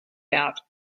out